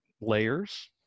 layers